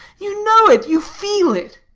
you know it, you feel it.